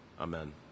Amen